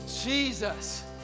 Jesus